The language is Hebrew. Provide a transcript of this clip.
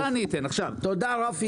תודה, רפי.